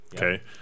Okay